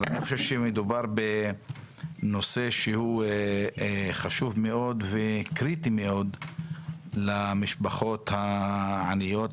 אבל אני חושב שמדובר בנושא שהוא חשוב מאוד וקריטי מאוד למשפחות העניות,